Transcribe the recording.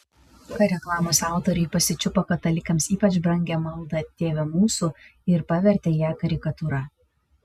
reklamos autoriai pasičiupo katalikams ypač brangią maldą tėve mūsų ir pavertė ją karikatūra